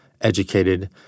educated